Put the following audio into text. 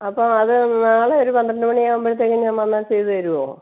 അപ്പോൾ അത് നാളേ ഒരു പന്ത്രണ്ട് മണി ആവുമ്പോഴത്തേക്കും ഞാൻ വന്നാൽ ചെയ്തു തരുമോ